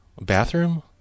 Bathroom